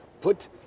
Put